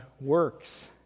works